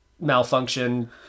malfunction